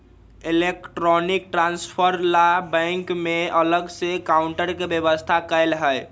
electronic transfer ला bank में अलग से काउंटर के व्यवस्था कएल हई